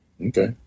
Okay